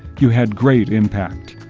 you had great impact.